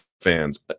fans